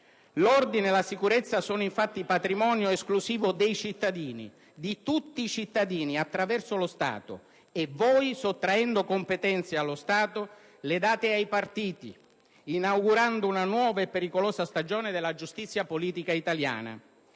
L'ordine e la sicurezza sono infatti patrimonio esclusivo dei cittadini, di tutti i cittadini attraverso lo Stato e voi, sottraendo competenze allo Stato, le date ai partiti, inaugurando una nuova e pericolosa stagione della giustizia politica italiana.